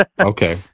Okay